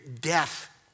death